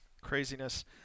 Craziness